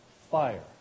fire